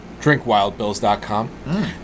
drinkwildbills.com